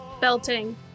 belting